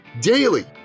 daily